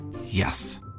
Yes